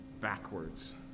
Backwards